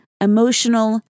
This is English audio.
emotional